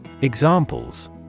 Examples